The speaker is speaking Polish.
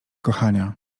kochania